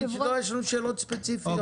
יש לנו שאלות ספציפיות.